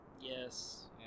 Yes